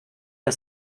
der